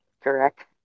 Correct